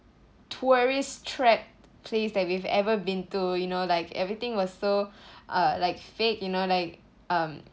tourist trap place that we've ever been to you know like everything was so uh like fake you know like um